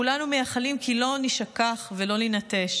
כולנו מייחלים כי לא נישכח ולא נינטש.